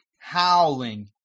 howling